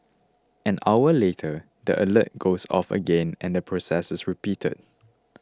an hour later the alert goes off again and the process is repeated